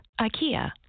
IKEA